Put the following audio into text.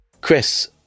Chris